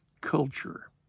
culture